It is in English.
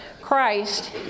Christ